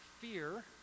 fear